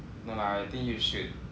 no lah I think you should